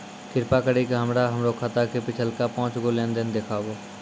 कृपा करि के हमरा हमरो खाता के पिछलका पांच गो लेन देन देखाबो